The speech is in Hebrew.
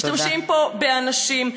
משתמשים פה באנשים.